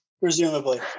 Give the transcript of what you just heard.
Presumably